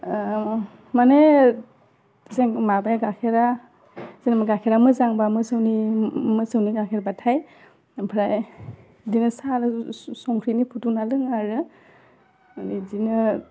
मानि जों माबाया गाखेरा जेनेबा गाखेरा मोजां बा मोसौनि मोसौनि गाखेर बाथाइ ओमफ्राय बिदिनो साहा संख्रिनि फुदुंना लोङो आरो मानि बिदिनो